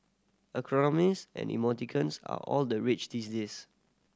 acronyms and emoticons are all the rage these days